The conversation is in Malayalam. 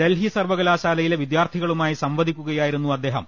ഡൽഹി സർവകലാശാലയിലെ വിദ്യാർഥികളുമായി സംവദിക്കുകയായി രുന്നു അദ്ദേഹം